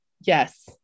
Yes